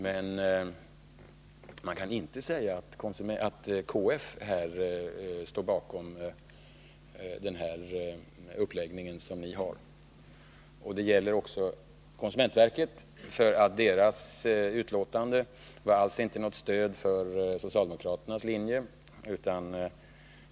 Man kan dock inte säga att KF står bakom den uppläggning som ni har. Det gäller också konsumentverket, för dess utlåtande var alls inte något stöd för socialdemokraternas linje.